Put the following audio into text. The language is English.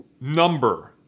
number